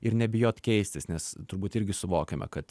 ir nebijot keistis nes turbūt irgi suvokiame kad